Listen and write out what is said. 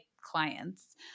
clients